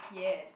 ya